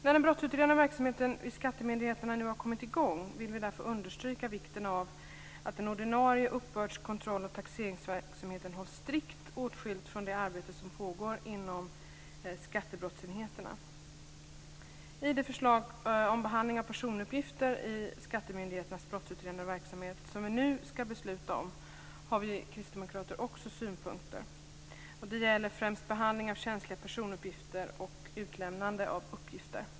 När den brottsutredande verksamheten vid skattemyndigheterna nu har kommit i gång vill vi understryka vikten av att den ordinarie uppbörds-, kontrolloch taxeringsverksamheten hålls strikt åtskild från det arbete som pågår inom skattebrottsenheterna. På de förslag om behandling av personuppgifter i skattemyndigheternas brottsutredande verksamhet som vi nu skall besluta om har vi kristdemokrater också synpunkter. Det gäller främst behandling av känsliga personuppgifter och utlämnande av uppgifter.